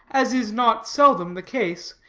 as is not seldom the case,